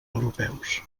europeus